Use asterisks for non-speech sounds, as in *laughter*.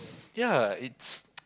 ya it's *noise*